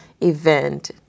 event